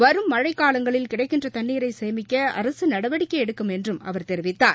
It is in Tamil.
வரும் மழைக்காலங்களில் கிடைக்கின்ற தண்ணீரை சேமிக்க அரசு நடவடிக்கை எடுக்கும் என்றும் அவர் தெரிவித்தார்